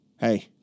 Hey